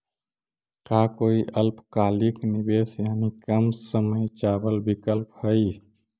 का कोई अल्पकालिक निवेश यानी कम समय चावल विकल्प हई?